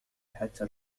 حتى